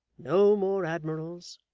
no more admirals.